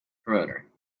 promoter